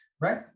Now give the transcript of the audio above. Right